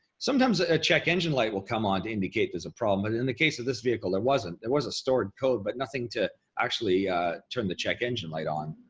sometimes the ah ah check engine light will come on to indicate there's a problem. and in the case of this vehicle, there wasn't. there was a stored code, but nothing to actually turn the check engine light on.